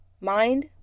Mind